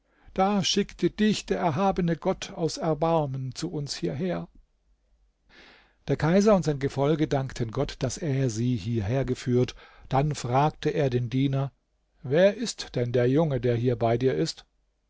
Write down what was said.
da schickte dich der erhabene gott aus erbarmen zu uns hierher der kaiser und sein gefolge dankten gott daß er sie hierher geführt dann fragte er den diener wer ist denn der junge der hier bei dir ist